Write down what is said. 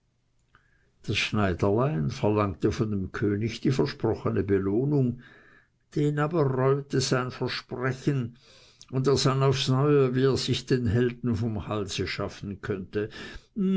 das schneiderlein verlangte von dem könig die versprochene belohnung den aber reute sein versprechen und er sann aufs neue wie er sich den helden vom halse schaffen könnte